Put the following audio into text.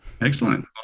Excellent